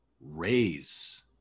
raise